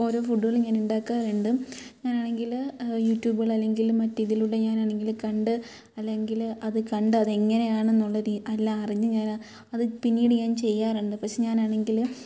ഓരോ ഫുഡുകളും ഞാൻ ഉണ്ടാക്കാറുണ്ട് ഞാനാണെങ്കിൽ യുടൂബുകൾ അല്ലെങ്കിൽ മറ്റ് ഇതിലൂടെ ഞാനാണെങ്കിൽ കണ്ട് അല്ലെങ്കിൽ അത് കണ്ട് അതെങ്ങനെയാണ്ന്നുള്ളത് എല്ലാം അറിഞ്ഞ് ഞാൻ അത് പിന്നീട് ഞാൻ ചെയ്യാറുണ്ട് പക്ഷേ ഞാനാണെങ്കിൽ